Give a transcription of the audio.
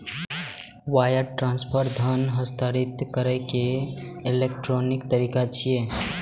wire transfer धन हस्तांतरित करै के इलेक्ट्रॉनिक तरीका छियै